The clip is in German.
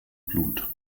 blut